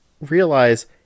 realize